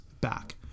back